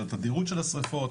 על התדירות של השריפות